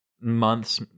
months